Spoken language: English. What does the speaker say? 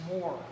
more